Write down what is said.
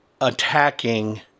attacking